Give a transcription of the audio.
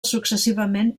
successivament